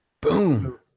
Boom